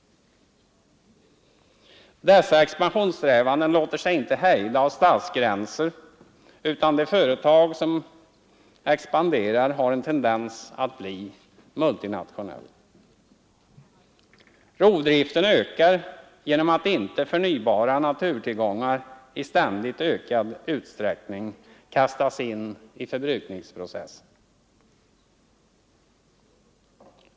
Dessa expansionssträvanden låter sig inte hejda av statsgränser, utan de företag som expanderar har en tendens att bli multinationella. Rovdriften ökar genom att icke förnybara naturtillgångar i ständigt ökad utsträckning kastas in i förbrukningsprocessen.